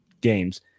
games